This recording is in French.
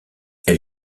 elle